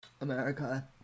america